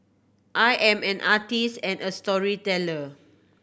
I am an artist and a storyteller